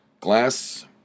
Glass